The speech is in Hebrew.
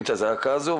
זועקים את הזעקה הזו,